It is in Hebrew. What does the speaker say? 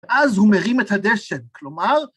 ‫ואז הוא מרים את הדשן, כלומר...